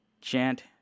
chant